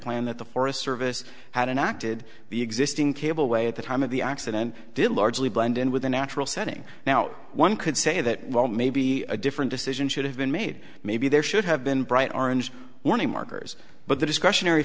plan that the forest service hadn't acted the existing cableway at the time of the accident did largely blend in with the natural setting now one could say that well may be a different decision should have been made maybe there should have been bright orange warning markers but the discretionary